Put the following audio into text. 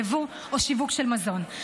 ייבוא או שיווק של מזון,